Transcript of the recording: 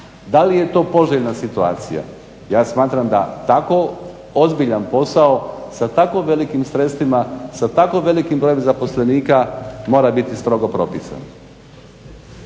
Da li je to poželjna situacija? Ja smatram da tako ozbiljan posao sa tako velikim sredstvima, sa tako velikim brojem zaposlenika mora biti strogo propisan.